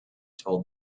told